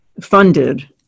funded